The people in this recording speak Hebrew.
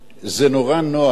זה נורא נוח